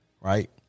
right